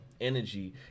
energy